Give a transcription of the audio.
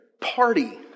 party